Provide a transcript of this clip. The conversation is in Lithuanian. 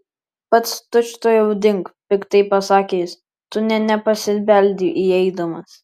pats tučtuojau dink piktai pasakė jis tu nė nepasibeldei įeidamas